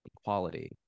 equality